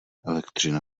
elektřina